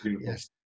yes